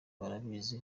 barabizi